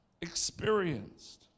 experienced